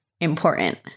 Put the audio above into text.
important